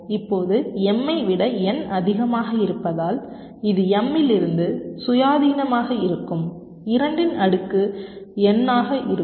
இப்போது m ஐ விட n அதிகமாக இருப்பதால் இது m இலிருந்து சுயாதீனமாக இருக்கும் 2 இன் அடுக்கு n ஆக இருக்கும்